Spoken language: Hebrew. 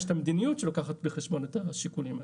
את המדיניות שלוקחת בחשבון את השיקולים האלה.